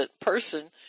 person